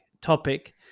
topic